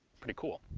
pretty cool.